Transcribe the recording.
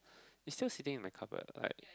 it's still sitting in my cupboard like